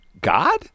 God